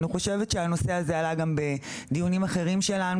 אני חושבת שהנושא הזה עלה גם בדיונים אחרים שלנו,